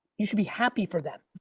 you should be happy for them.